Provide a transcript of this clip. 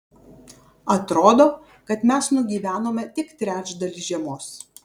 atrodo kad mes nugyvenome tik trečdalį žiemos